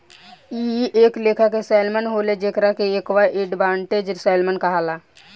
इ एक लेखा के सैल्मन होले जेकरा के एक्वा एडवांटेज सैल्मन कहाला